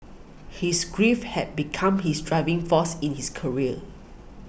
his grief had become his driving force in his career